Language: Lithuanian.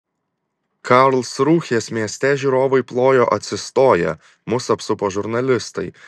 karlsrūhės mieste žiūrovai plojo atsistoję mus apsupo žurnalistai